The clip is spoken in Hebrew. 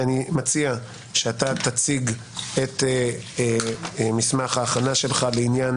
שאתה תציג את מסמך ההכנה שלך בעניין